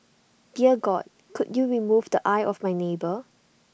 dear God could you remove the eye of my neighbour